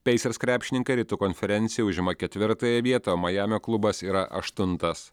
pacers krepšininkai rytų konferencijoj užima ketvirtąją vietą o majamio klubas yra aštuntas